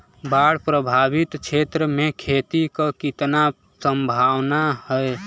बाढ़ प्रभावित क्षेत्र में खेती क कितना सम्भावना हैं?